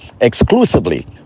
exclusively